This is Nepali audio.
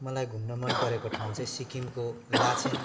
मलाई घुम्न मन परेको ठाउँ चाहिँ सिक्किमको लाचेन